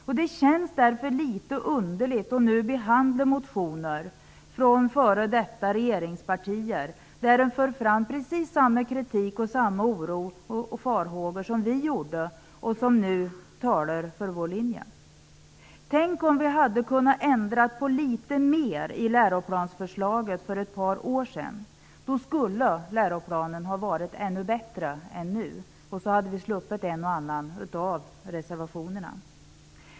Därför känns det litet underligt att nu behandla motioner från f.d. regeringspartier, vilka för fram precis samma kritik, oro och farhågor som vi gjorde men som nu talar för vår linje. Tänk om vi hade kunnat ändra på litet mer i läroplansförslaget för ett par år sedan, då skulle läroplanerna varit ännu bättre än nu. Då hade vi också sluppit en och annan reservation.